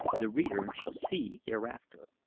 the reader shall see hereafter.